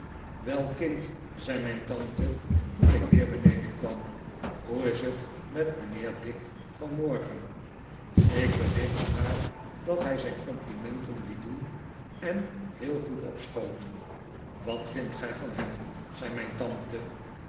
wel kind zei mijn tante toen ik weer beneden kwam hoe is het met mijnheer dick vanmorgen ik berichtte haar dat hij zijn complimenten liet doen en heel goed opschoot wat vindt gij van hem zei mijn tante